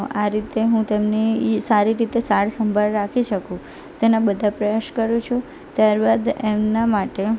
આ રીતે હું તેમની એ સારી રીતે સાર સંભાળ રાખી શકું તેના બધા પ્રયાસ કરું છું ત્યારબાદ એમના માટે